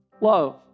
love